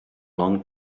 long